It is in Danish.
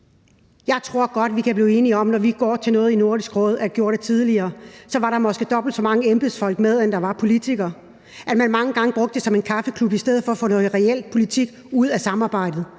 Jeg tror godt, vi kan blive enige om, at vi, når vi går til noget i Nordisk Råd – eller gjorde det tidligere – så oplevede vi, at der måske var dobbelt så mange embedsfolk med, som der var politikere; at man mange gange brugte det som en kaffeklub i stedet for at få noget reel politik ud af samarbejdet.